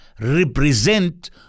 represent